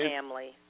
family